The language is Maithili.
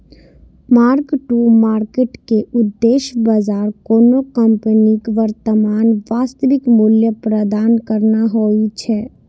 मार्क टू मार्केट के उद्देश्य बाजार कोनो कंपनीक वर्तमान वास्तविक मूल्य प्रदान करना होइ छै